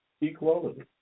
equality